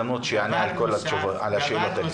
לענות על כל השאלות האלה.